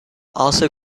also